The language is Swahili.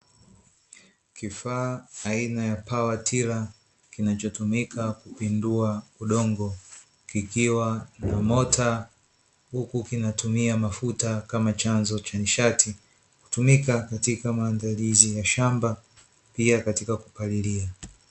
Kifaa aina ya pawatila kinachotumika kupindua udongo kikiwa na mota, huku kikiwa kinatumia mafuta kama chanzo cha nishati kina tumika katika maandalizi ya shamba pia katika kupalilia.